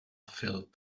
filled